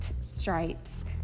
stripes